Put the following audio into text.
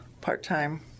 part-time